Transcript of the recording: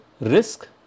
risk